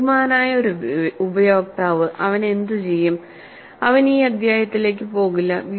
ബുദ്ധിമാനായ ഒരു ഉപയോക്താവ് അവൻ എന്തുചെയ്യും അവൻ ഈ അധ്യായത്തിലേക്ക് പോകില്ല